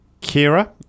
kira